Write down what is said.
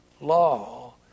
law